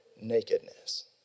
Nakedness